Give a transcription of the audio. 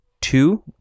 two